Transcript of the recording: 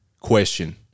question